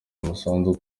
umusanzu